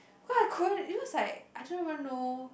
what a it looks like I don't even know